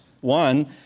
One